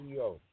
CEO